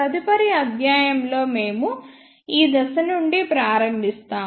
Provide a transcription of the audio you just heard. తదుపరి అధ్యాయం లో మేము ఈ దశ నుండి ప్రారంభిస్తాము